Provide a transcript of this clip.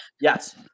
Yes